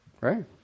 right